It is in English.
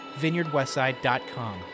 vineyardwestside.com